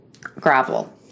gravel